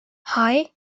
hei